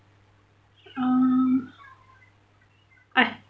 uh I